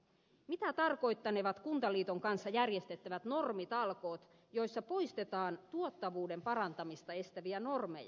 mitä tarkoittanevat kuntaliiton kanssa järjestettävät normitalkoot joissa poistetaan tuottavuuden parantamista estäviä normeja